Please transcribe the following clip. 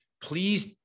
please